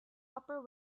upper